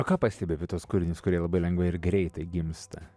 o ką pastebi apie tuos kūrinius kurie labai lengvai ir greitai gimsta